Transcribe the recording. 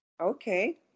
Okay